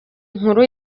inkuru